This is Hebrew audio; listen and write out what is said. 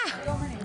מה?